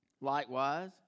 Likewise